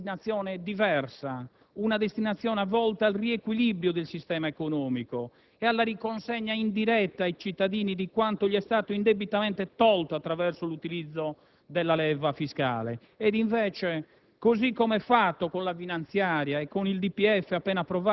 Colleghi, l'extragettito meritava una destinazione diversa, una destinazione volta al riequilibrio del sistema economico e alla riconsegna indiretta ai cittadini di quanto gli è stato indebitamente tolto attraverso l'utilizzo della leva fiscale.